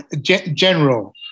General